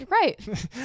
Right